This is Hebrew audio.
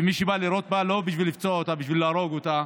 ומי שבא לירות בה זה לא בשביל לפצוע אותה אלא בשביל להרוג אותה,